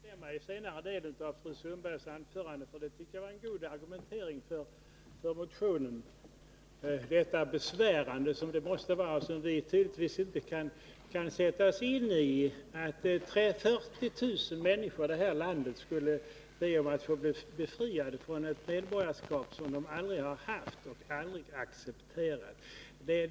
Herr talman! Jag vill instämma i den senare delen av fru Sundbergs anförande, som jag tyckte var en god argumentering för motionen. Det måste vara mycket besvärligt för balterna, och vi kan naturligtvis inte sätta oss in i detta. 40 000 människor i det här landet skulle alltså vara tvungna att be om att bli befriade från ett medborgarskap som de aldrig har haft och aldrig har accepterat.